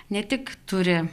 ne tik turi